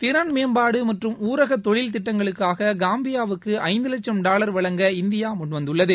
திறன் மேம்பாடு மற்றும் ஊரக தொழில் திட்டங்களுக்காக காம்பியாவுக்கு ஐந்து லட்சம் டாலர் வழங்க இந்தியா முன்வந்துள்ளது